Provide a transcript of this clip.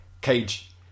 cage